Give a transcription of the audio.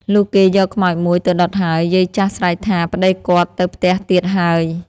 លុះគេយកខ្មោច ១ ទៅដុតហើយ យាយចាស់ស្រែកថា "ប្តីគាត់ទៅផ្ទះទៀតហើយ" ។